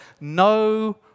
no